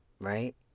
right